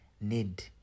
need